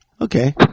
Okay